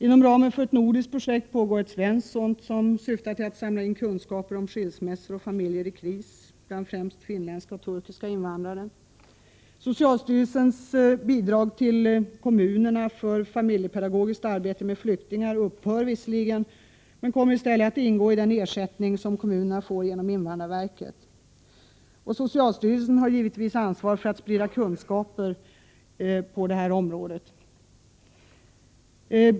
Inom ramen för ett nordiskt projekt pågår ett svenskt sådant, som syftar till att samla in kunskaper om skilsmässor och familjer i kris bland främst finländska och turkiska invandrare. Socialstyrelsens bidrag till kommunerna för familjepedagogiskt arbete med flyktingar upphör visserligen, men kommer i stället att ingå i den ersättning som kommunerna får genom invandrarverket. Socialstyrelsen har givetvis ansvar för att sprida kunskaper på detta område.